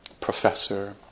professor